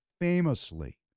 Famously